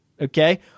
okay